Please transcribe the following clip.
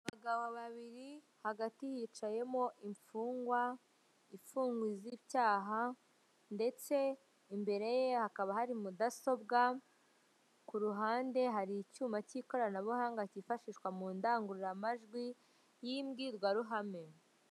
Abagabo babiri hagati hicayemo imfungwa ifungwa izira icyaha ndetse imbere ye hakaba hari mudasobwa, ku ruhande hari icyuma cy'ikoranabuhanga cyifashishwa mu ndangururamajwi y'imbwirwaruhame.